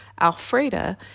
Alfreda